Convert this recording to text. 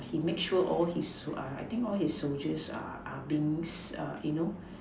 he make sure all his uh I think all his soldiers are are being you know